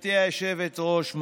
גברתי היושבת-ראש,